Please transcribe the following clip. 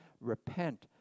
Repent